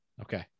Okay